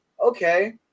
Okay